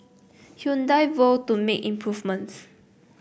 Hyundai vowed to make improvements